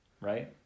right